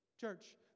Church